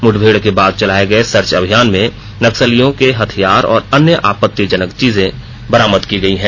मुठभेड़ के बाद चलाए गये सर्च अभियान में नक्सलियों के हथियार और अन्य आपत्तिजनक चीजें बरामद की गई हैं